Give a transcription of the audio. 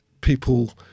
people